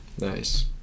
nice